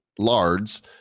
lards